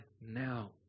now